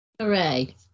Hooray